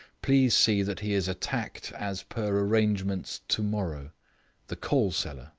please see that he is attacked as per arrangement tomorrow the coal-cellar,